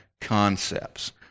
concepts